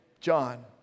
John